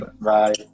Bye